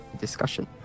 discussion